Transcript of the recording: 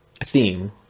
theme